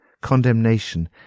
Condemnation